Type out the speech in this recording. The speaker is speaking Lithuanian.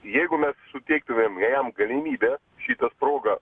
jeigu mes suteiktumėme jam galimybę šitą progą